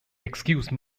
excuse